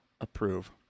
approve